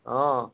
অঁ